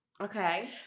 Okay